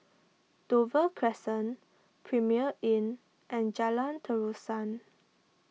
Dover Crescent Premier Inn and Jalan Terusan